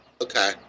okay